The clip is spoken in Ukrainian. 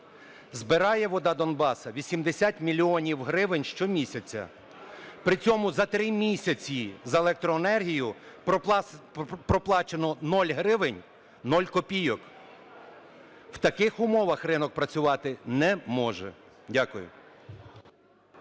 Збирає "Вода Донбасу" 80 мільйонів гривень щомісяця. При цьому за 3 місяці за електроенергію проплачено 0 гривень 0 копійок. В таких умовах ринок працювати не може. Дякую.